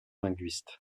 linguiste